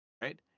right